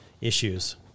issues